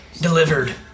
delivered